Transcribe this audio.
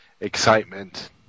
excitement